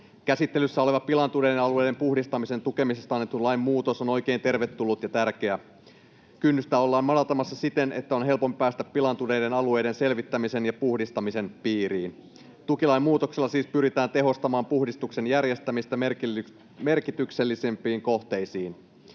Käsittelyssä oleva pilaantuneiden alueiden puhdistamisen tukemisesta annetun lain muutos on oikein tervetullut ja tärkeä. Kynnystä ollaan madaltamassa siten, että on helpompi päästä pilaantuneiden alueiden selvittämisen ja puhdistamisen piiriin. Tukilain muutoksella siis pyritään tehostamaan puhdistuksen järjestämistä merkityksellisimpiin kohteisiin.